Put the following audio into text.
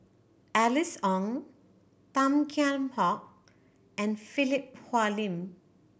Alice Ong Tan Kheam Hock and Philip Hoalim